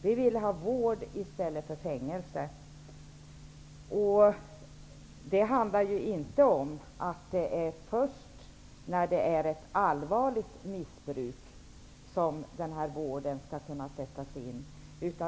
Vi vill ha vård i stället för fängelse. Det är inte först vid ett allvarligt missbruk som vården skall kunna sättas in.